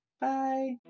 Bye